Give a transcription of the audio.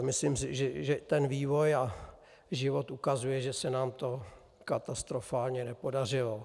Myslím si, že vývoj a život ukazuje, že se nám to katastrofálně nepodařilo.